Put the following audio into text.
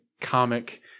comic